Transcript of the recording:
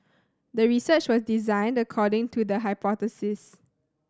the research was designed according to the hypothesis